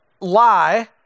lie